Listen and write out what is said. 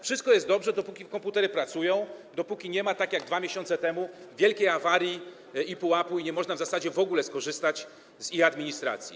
Wszystko jest dobrze, dopóki komputery pracują, dopóki nie ma, tak jak 2 miesiące temu, wielkiej awarii ePUAP-u, gdy nie można w zasadzie w ogóle skorzystać z e-administracji.